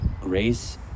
grace